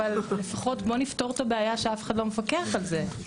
אבל לפחות בוא נפתור את הבעיה שאף אחד לא מפקח על זה,